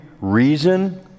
reason